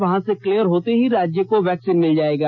वहां से क्लीयर होते ही राज्य को वैक्सीन मिल जाएगा